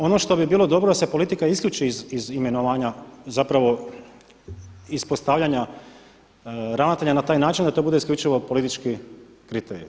Ono što bi bilo dobro da se politika isključi iz imenovanja zapravo iz postavljanja ravnatelja na taj način da to bude isključivo politički kriterij.